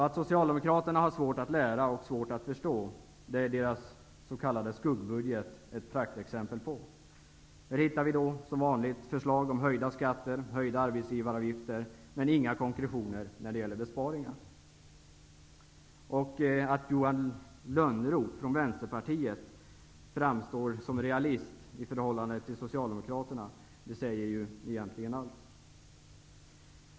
Att socialdemokraterna har svårt att lära och att förstå är deras s.k. skuggbudget ett praktexempel på. Däri återfinns som vanligt förslag om höjda skatter och höjda arbetsgivaravgifter men inga konkretioner när det gäller besparingar. Att Johan Lönnroth från Vänsterpartiet framstår som realist i förhållande till Socialdemokraterna säger egentligen allt.